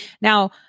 Now